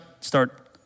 Start